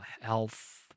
health